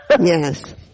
Yes